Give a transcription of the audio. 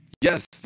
Yes